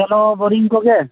ᱪᱚᱞᱚ ᱵᱳᱨᱤᱝ ᱠᱚᱜᱮ